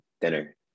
Dinner